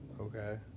Okay